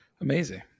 Amazing